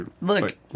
Look